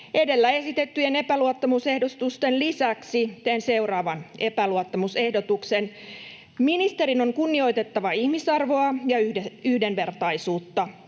Edellä esitettyjen epäluottamusehdotusten lisäksi teen seuraavan epäluottamusehdotuksen: ”Ministerin on kunnioitettava ihmisarvoa ja yhdenvertaisuutta.